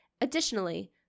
Additionally